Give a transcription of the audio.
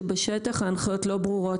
שבשטח ההנחיות לא ברורות,